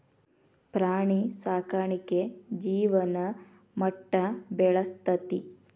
ಪ್ರಾಣಿ ಸಾಕಾಣಿಕೆ ಜೇವನ ಮಟ್ಟಾ ಬೆಳಸ್ತತಿ